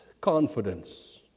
confidence